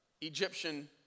Egyptian